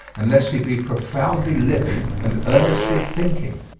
unless he be profoundly living and earnestly thinking.